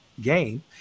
game